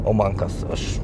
o man kas aš